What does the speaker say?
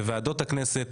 בוועדות הכנסת.